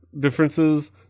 differences